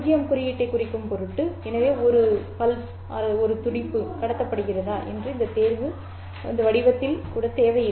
0 குறியீட்டைக் குறிக்கும் பொருட்டு எனவே ஒரு துடிப்பு அல்லது துடிப்பு கடத்தப்படுகிறதா என்ற இந்த தேர்வு இந்த வடிவத்தில் கூட தேவையில்லை